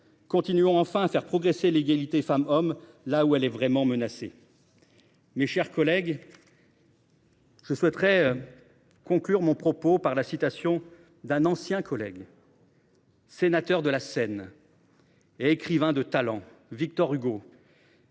Continuons, enfin, de faire progresser l’égalité femmes hommes là où elle est vraiment menacée. Je conclurai mon propos par la citation d’un ancien collègue, sénateur de la Seine et écrivain de talent : Victor Hugo,